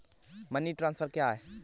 Money transfer क्या है?